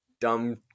dumb